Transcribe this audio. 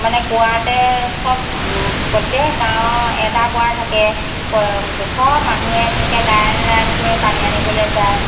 মানে কুঁৱাতে চব প্ৰত্যেক গাঁৱৰ এটা কুঁৱাই থাকে চব মানুহে তেনেকৈ লাইন লাইন হৈ পানী আনিবলৈ যায়